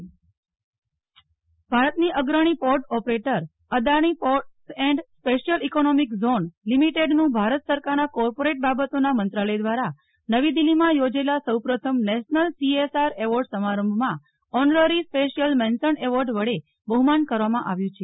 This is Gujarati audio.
નેહ્લ ઠક્કર અદાણી એવોર્ડ ભારતની અગ્રણી port operator Adani ports and special economic zone લિમિટેડનું ભારત સરકારના કોર્પોરેટ બાબતોના મંત્રાલય દ્વારા નવી દિલ્ફીમાં થોજેલા સૌ પ્રથમ નેશનલ સીએસઆર એવોર્ડઝ સમારંભમાં ઓનરરી સ્પેશ્યલ મેન્શન એવોર્ડ વડે બહ્માન કરવામાં આવ્યું છે